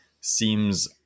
seems